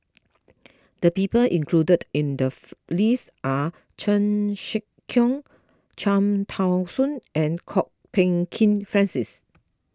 the people included in the list are Chan Sek Keong Cham Tao Soon and Kwok Peng Kin Francis